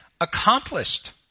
accomplished